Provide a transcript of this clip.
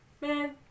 Man